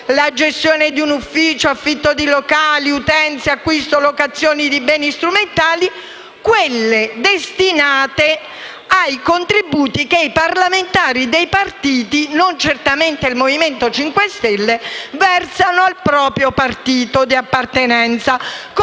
la gestione di un ufficio, l'affitto di locali, le utenze, l'acquisto o la locazione di beni strumentali) quelle destinate ai contributi che i parlamentari dei partiti (non certamente quelli del Movimento 5 Stelle) versano al proprio partito di appartenenza,